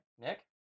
Nick